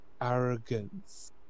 arrogance